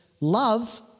love